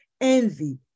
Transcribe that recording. envy